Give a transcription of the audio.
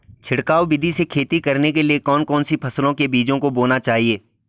छिड़काव विधि से खेती करने के लिए कौन कौन सी फसलों के बीजों को बोना चाहिए?